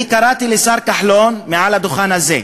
אני קראתי לשר כחלון, מעל הדוכן הזה,